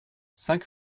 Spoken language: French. cinq